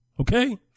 Okay